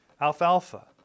alfalfa